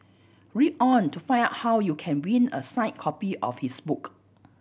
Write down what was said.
read on to find out how you can win a signed copy of his book